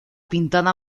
pintado